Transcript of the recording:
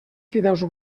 fideus